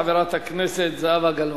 חברת הכנסת זהבה גלאון.